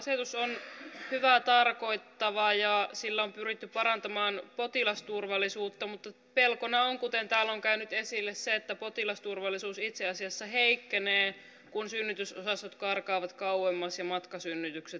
asetus on hyvää tarkoittava ja sillä on pyritty parantamaan potilasturvallisuutta mutta pelkona on kuten täällä on käynyt esille se että potilasturvallisuus itse asiassa heikkenee kun synnytysosastot karkaavat kauemmaksi ja matkasynnytykset lisääntyvät